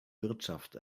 wirtschaft